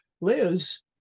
Liz